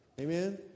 Amen